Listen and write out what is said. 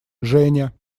женя